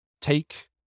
take